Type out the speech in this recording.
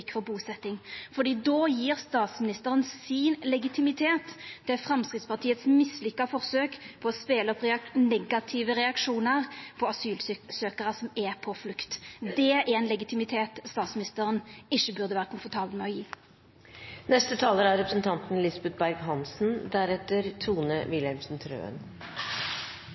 for busetjing, for då gjev statsministeren sin legitimitet til Framstegspartiets mislykka forsøk på å spela på negative reaksjonar på asylsøkjarar som er på flukt. Det er ein legitimitet statsministeren ikkje burde vera komfortabel med å